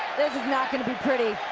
this is not gonna be pretty.